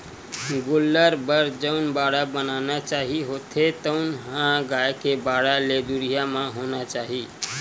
गोल्लर बर जउन बाड़ा बनाना चाही होथे तउन ह गाय के बाड़ा ले दुरिहा म होना चाही